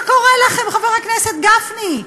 מה קורה לכם, חבר הכנסת גפני?